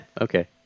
okay